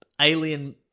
alien